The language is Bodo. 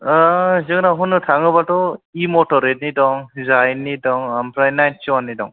जोंनाव होननो थाङोबाथ' इि मथर एडनि दं जायेननि दं ओमफ्राय नाइन'थिवाननि दं